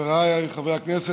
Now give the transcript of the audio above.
חבריי חברי הכנסת,